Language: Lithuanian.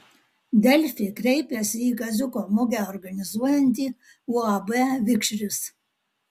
delfi kreipėsi į kaziuko mugę organizuojantį uab vikšris